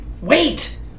Wait